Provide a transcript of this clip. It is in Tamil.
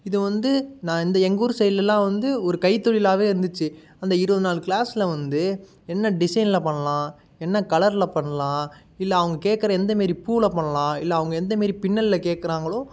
இது வந்து நான் இந்த எங்கூர் சைட்லலாம் வந்து ஒரு கைத்தொழிலாகவே இருந்திச்சி அந்த இருபது நாள் கிளாஸ்ல வந்து என்ன டிசைன்ல பண்ணலாம் என்ன கலர்ல பண்ணலாம் இல்லை அவங்க கேக்கிற எந்தமாரி பூவில பண்ணலாம் இல்லை அவங்க எந்தமாரி பின்னல்ல கேக்கிறாங்களோ